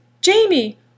Jamie